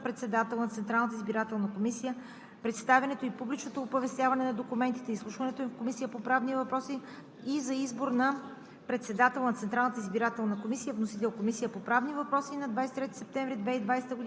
„Проект на решение за приемане на процедурни правила за условията и реда за предлагане на кандидати за председател на Централната избирателна комисия, представянето и публичното оповестяване на документите, изслушването им в Комисията по правни въпроси и за избор на